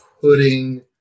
putting